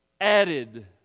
added